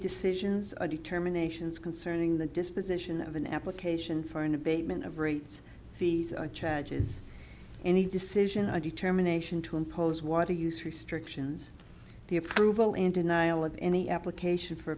decisions are determinations concerning the disposition of an application for an abatement of rates fees and charges in a decision our determination to impose water use restrictions the approval and denial of any application for